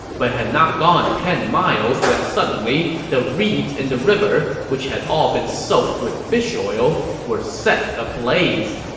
but had not gone ten miles when suddenly, the reeds in the river, which had all been soaked with fish oil, were set ablaze.